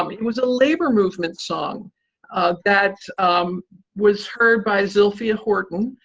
um it was a labor movement song that was heard by zilphia horton.